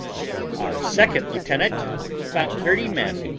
our second lieutenant, with about thirty men,